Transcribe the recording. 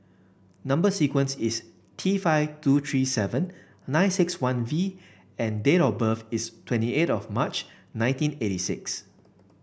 number sequence is T five two three seven nine six one V and date of birth is twenty eight of March nineteen eighty six